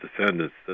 descendants